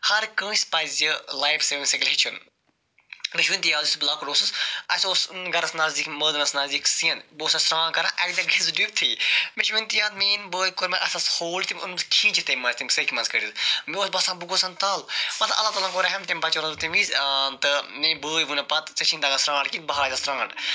ہر کٲنٛسہِ پَزِ لایف سیوِنٛگ سکل ہیٚچھُن مےٚ چھُ وٕنہِ تہِ یاد یُتھُے بہٕ لۄکُٹ اوسُس اَسہِ اوس گَرَس نَزدیٖک مٲدانَس نَزدیٖک سِندھ بہٕ اوسُس سران کران اَکہِ دۄہ گٔیوس بہٕ ڈُبتھٕے مےٚ چھُ وٕنہِ تہِ یاد میٛٲنۍ بٲے کوٚر مےٚ اَتھَس ہولڈ تٔمۍ اونُس بہٕ کھیٖنچِتھ تَمہِ مَنٛز تَمہِ سیٚکہِ مَنٛز کٔڑِتھ مےٚ اوس باسان بہٕ گوس زَن تل پتہٕ اللہ تعالاہَن کوٚر رحم تٔمۍ بچونَس بہٕ تَمہِ وِز تہٕ میٛٲنۍ بٲے ووٚن مےٚ پَتہٕ ژےٚ چھی نہٕ تَگان سرٛانٹ کِہیٖنۍ بہٕ ہاوَے ژےٚ سرٛانٹ